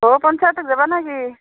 অঁ পঞ্চায়তত যাবা নেকি